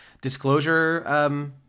disclosure